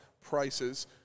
prices